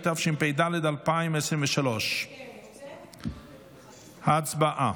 התשפ"ד 2023. הצבעה.